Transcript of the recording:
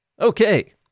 Okay